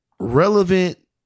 Relevant